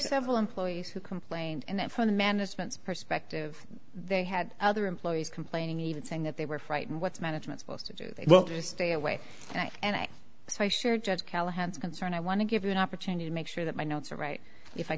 several employees who complained and from the management's perspective they had other employees complaining even saying that they were frightened what's a management supposed to do well to stay away and so i should judge callahan's concern i want to give you an opportunity to make sure that my notes are right if i